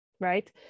right